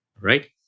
right